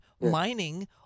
mining